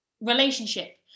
relationship